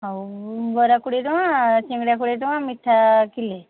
ହଉ ବରା କୋଡ଼ିଏ ଟଙ୍କା ସିଙ୍ଗଡ଼ା କୋଡ଼ିଏ ଟଙ୍କା ମିଠା କିଲେ